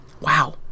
Wow